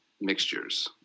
mixtures